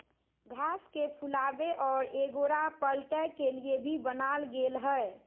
घास के फुलावे और एगोरा पलटय के लिए भी बनाल गेल हइ